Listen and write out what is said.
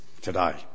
today